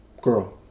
Girl